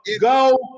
Go